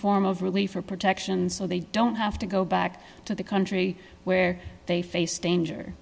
form of relief or protection so they don't have to go back to the country where they face danger